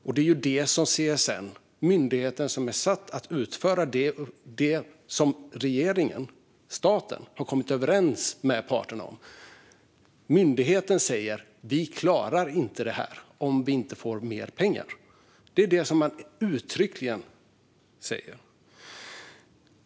CSN, alltså myndigheten som är satt att utföra det som regeringen - staten - har kommit överens med parterna om, säger ju att de inte klarar det här om de inte får mer pengar. Det är det de uttryckligen säger.